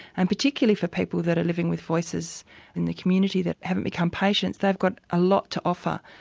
and particularly for people that are living with voices in the community that haven't become patients, they've got a lot to offer,